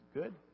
good